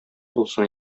булсын